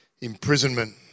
imprisonment